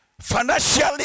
Financially